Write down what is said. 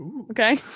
okay